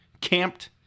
camped